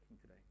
today